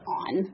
on